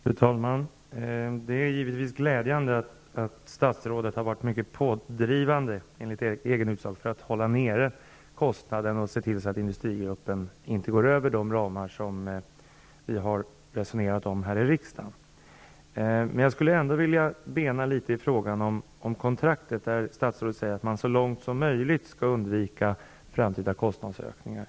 Fru talman! Det är givetvis glädjande att statsrådet, enligt hans egen utsago, har varit mycket pådrivande när det gällt att hålla nere kostnaderna och att se till att Industrigruppen inte överskrider de ramar som vi här i riksdagen har resonerat om. Jag skulle ändå litet grand vilja bena ut frågan om kontraktet. Statsrådet säger att man så långt som möjligt skall undvika framtida kostnadsökningar.